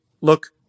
look